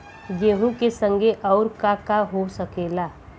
गेहूँ के संगे अउर का का हो सकेला?